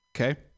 Okay